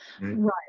Right